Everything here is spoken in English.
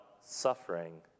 suffering